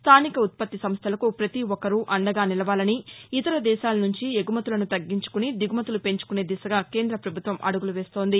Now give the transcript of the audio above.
స్థానిక ఉత్పత్తి సంస్థలకు పతి ఒక్కరూ అందగా నిలవాలని ఇతర దేశాల నుంచి ఎగుమతులను తగ్గించుకుని దిగుమతులు పెంచుకునే దిశగా కేంద్ర ప్రభుత్వం అడుగులు వేస్తోంది